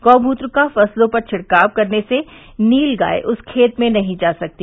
गोमूत्र का फसलों पर छिड़काव करने से नीलगाय उस खेत में नहीं जा सकती